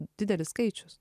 didelis skaičius